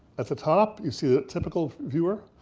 at the top you see a typical viewer,